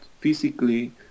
physically